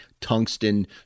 Tungsten